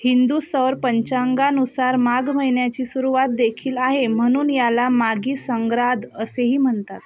हिंदू सौर पंचांगानुसार माघ महिन्याची सुरुवातदेखील आहे म्हणून याला माघी संग्राद असेही म्हणतात